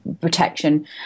protection